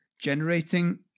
generating